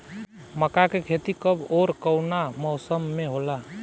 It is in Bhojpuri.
मका के खेती कब ओर कवना मौसम में होला?